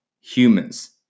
Humans